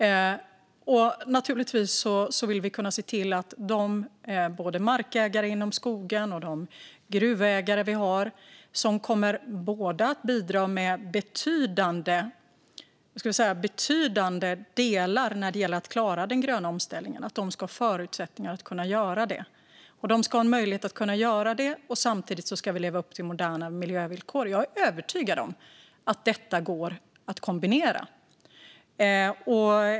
Vi vill naturligtvis se till att våra markägare inom skogen och gruvägare som kommer att bidra med betydande delar när det gäller att klara den gröna omställningen ska ha förutsättningar för att göra det. De ska ha möjlighet att göra det, och samtidigt ska vi leva upp till moderna miljövillkor. Jag är övertygad om att detta går att kombinera.